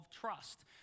trust